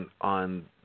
on